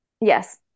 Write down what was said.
Yes